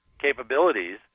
capabilities